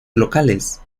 locales